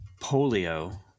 polio